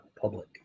public